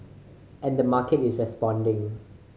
and the market is responding